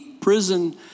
prison